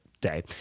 day